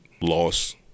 loss